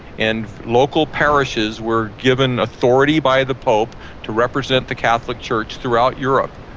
and local parishes were given authority by the pope to represent the catholic church throughout europe.